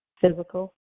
physical